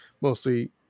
mostly